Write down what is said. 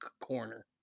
corner